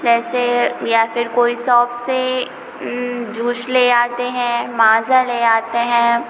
जैसे या फिर कोई सॉप से जूश ले आते हैं माज़ा ले आते हैं